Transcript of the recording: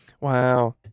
Wow